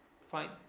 fine